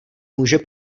může